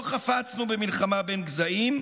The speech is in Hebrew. לא חפצנו במלחמה בין גזעים,